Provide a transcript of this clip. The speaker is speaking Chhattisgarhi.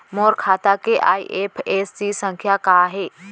मोर खाता के आई.एफ.एस.सी संख्या का हे?